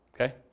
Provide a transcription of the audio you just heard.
Okay